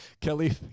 Kelly